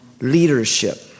leadership